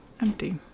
empty